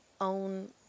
own